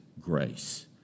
grace